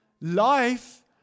Life